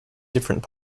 different